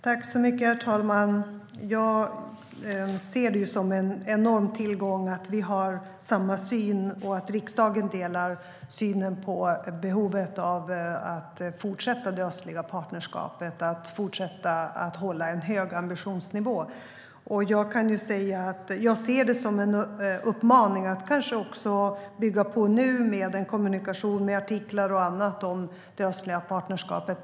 Herr talman! Jag ser det som en enorm tillgång att vi har samma syn, att riksdagen delar synen på behovet av att fortsätta det östliga partnerskapet och att fortsätta att ha en hög ambitionsnivå. Jag ser det som en uppmaning att nu kanske också bygga på med kommunikation med artiklar och annat om det östliga partnerskapet.